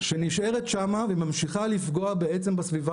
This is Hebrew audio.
שנשארת שם והיא ממשיכה לפגוע בעצם בסביבה